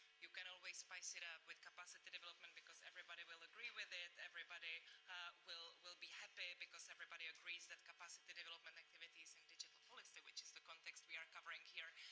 you can always spice it up with capacity development because everybody will agree with it, everybody will will be happy because everybody agrees that capacity development activities and digital policy, which is the context we are covering here,